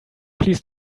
please